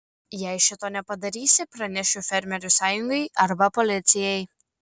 jei šito nepadarysi pranešiu fermerių sąjungai arba policijai